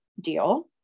deal